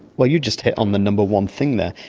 well, you just hit on the number one thing there.